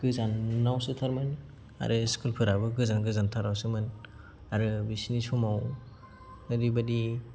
गोजानावसोथारमोन आरो इस्कुलफोराबो गोजान गोजानवसोमोन आरो बिसोरनि समाव ओरैबायदि